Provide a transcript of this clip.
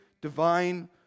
divine